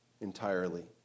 entirely